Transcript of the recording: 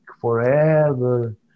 forever